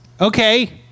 Okay